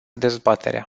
dezbaterea